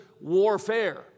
warfare